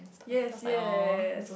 yes yes